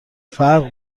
فرق